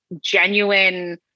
genuine